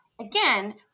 again